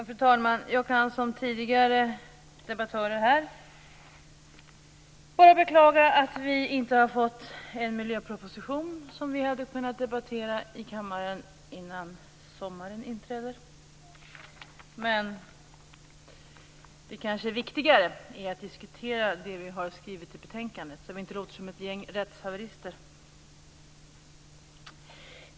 Fru talman! Jag kan som tidigare debattörer här bara beklaga att vi inte har fått en miljöproposition som vi hade kunnat debattera i kammaren innan sommaren inträder. Det kanske viktigare är att diskutera det vi har skrivit i betänkandet så att vi inte låter som ett gäng rättshaverister.